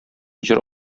җыр